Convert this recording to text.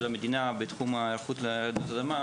של המדינה בתחום ההיערכות לרעידות אדמה,